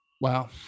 Wow